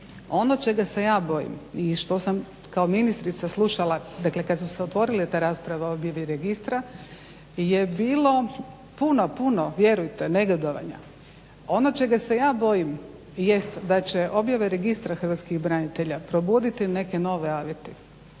Ono čega se ja bojim i što sam kao ministrica slušala, dakle kada su se otvorile te rasprave o objavi registra je bilo puno, puno vjerujte negodovanja. Ono čega se ja bojim jest da će objave registra hrvatskih branitelja probuditi neke nove aveti,